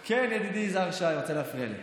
כן, ידידי יזהר שי רוצה להפריע לי.